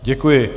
Děkuji.